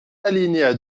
alinéa